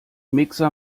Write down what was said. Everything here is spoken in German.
mixer